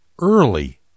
early